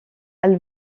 elle